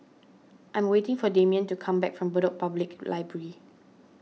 I am waiting for Demian to come back from Bedok Public Library